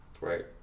Right